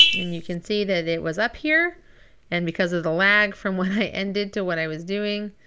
and you can see that it was up here and because of the lag, from when i ended to what i was doing,